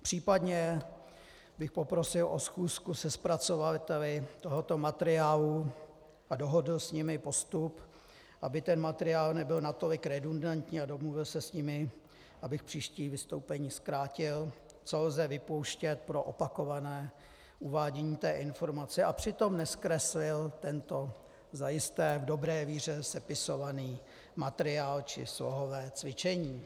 Případně bych poprosil o schůzku se zpracovateli tohoto materiálu a dohodl s nimi postup, aby materiál nebyl natolik redundantní, a domluvil se s nimi, abych příští vystoupení zkrátil, co lze vypouštět pro opakované uvádění informace, a přitom nezkreslil tento zajisté v dobré víře sepisovaný materiál, či slohové cvičení.